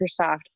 Microsoft